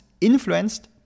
influenced